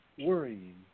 worrying